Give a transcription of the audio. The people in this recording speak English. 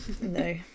no